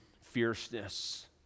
fierceness